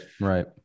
right